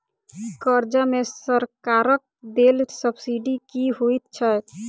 कर्जा मे सरकारक देल सब्सिडी की होइत छैक?